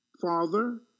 Father